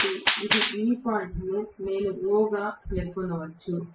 కాబట్టి ఈ పాయింట్ను నేను O గా పేర్కొనవచ్చు